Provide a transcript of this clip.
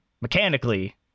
mechanically